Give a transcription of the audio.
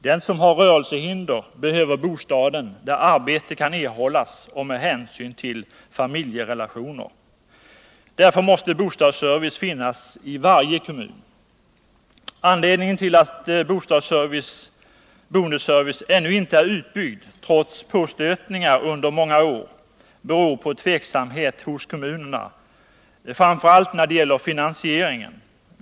Den som har rörelsehinder behöver bostaden där arbete kan erhållas och med hänsyn till familjerelationer. Därför måste boendeservice finnas i varje kommun. Anledningen till att boendeservicen ännu inte är utbyggd, trots påstötningar under många år, är tveksamhet i kommunerna, framför allt beträffande finansieringen.